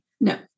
no